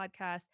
Podcast